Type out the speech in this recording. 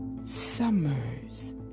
Summers